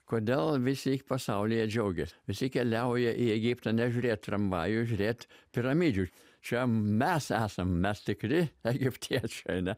kodėl visi pasaulyje džiaugiasi visi keliauja į egiptą ne žiūrėt tramvajų žiūrėt piramidžių čia mes esam mes tikri egiptiečiai ane